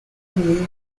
and